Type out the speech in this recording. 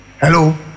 Hello